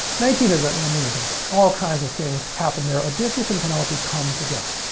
nineteen is an amazing book. all kinds of things happen there. odysseus and penelope come together.